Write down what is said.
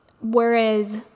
Whereas